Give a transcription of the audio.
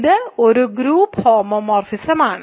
ഇത് ഒരു ഗ്രൂപ്പ് ഹോമോമോർഫിസമാണ്